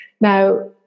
Now